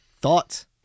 thoughts